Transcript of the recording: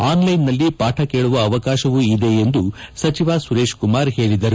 ಆನ್ಲೈನ್ನಲ್ಲಿ ಪಾಠ ಕೇಳುವ ಅವಕಾಶವೂ ಇದೆ ಎಂದು ಸಚಿವ ಸುರೇಶ್ಕುಮಾರ್ ಹೇಳಿದರು